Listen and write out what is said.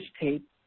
tape